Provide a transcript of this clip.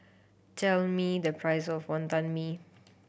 tell me the price of Wantan Mee